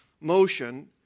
motion